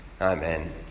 Amen